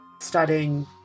studying